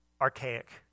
archaic